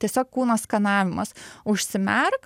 tiesiog kūno skanavimas užsimerk